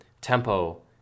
Tempo